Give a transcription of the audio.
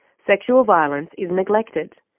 sexual violence is neglected,